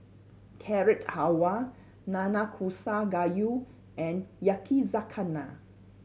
Carrot Halwa Nanakusa Gayu and Yakizakana